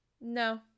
no